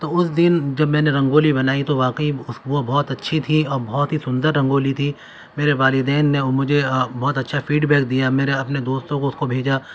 تو اس دن جب میں نے رنگولی بنائی تو واقعی وہ بہت اچھی تھی اور بہت ہی سندر رنگولی تھی میرے والدین نے مجھے بہت اچھا فیڈ بیک دیا میرے اپنے دوستوں کو اس کو بھیجا